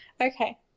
Okay